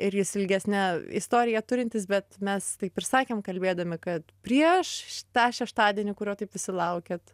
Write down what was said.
ir jis ilgesnę istoriją turintis bet mes taip ir sakėm kalbėdami kad prieš tą šeštadienį kurio taip visi laukiat